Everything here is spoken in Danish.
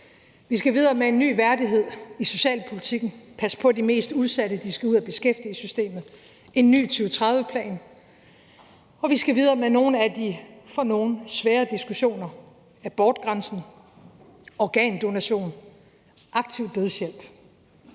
Vi skal videre med en ny værdighed i socialpolitikken og passe på de mest udsatte. De skal ud af beskæftigelsessystemet. Der kommer en ny 2030-plan, og vi skal videre med nogle af de, for nogle, svære diskussioner: abortgrænsen, organdonation og aktiv dødshjælp.